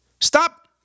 Stop